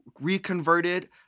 reconverted